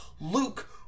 luke